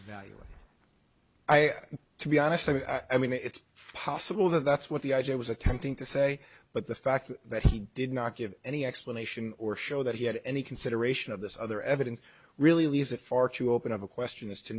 value i to be honest i mean it's possible that that's what the i g was attempting to say but the fact that he did not give any explanation or show that he had any consideration of this other evidence really leaves it far too open of a question as to